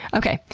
okay,